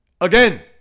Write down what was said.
Again